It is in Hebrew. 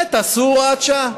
את זה תעשו בהוראת שעה.